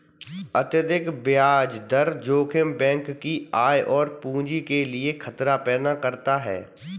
अत्यधिक ब्याज दर जोखिम बैंक की आय और पूंजी के लिए खतरा पैदा करता है